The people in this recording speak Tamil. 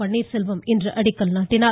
பன்னீர்செல்வம் இன்று அடிக்கல் நாட்டினார்